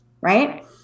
Right